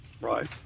Right